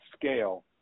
scale